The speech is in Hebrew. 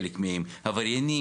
חלק מהם עבריינים,